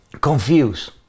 confused